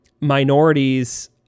minorities